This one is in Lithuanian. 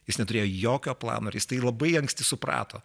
jis neturėjo jokio plano ir jis tai labai anksti suprato